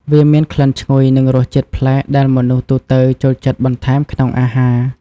វាមានក្លិនឈ្ងុយ និងរសជាតិប្លែកដែលមនុស្សទូទៅចូលចិត្តបន្ថែមក្នុងអាហារ។